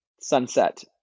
Sunset